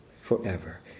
forever